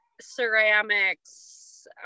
ceramics